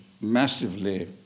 massively